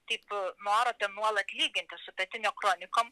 taio noro ten nuolat lyginti su petinia kronikom